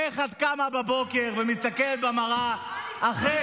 איך את קמה בבוקר ומסתכלת במראה אחרי